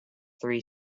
three